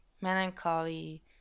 melancholy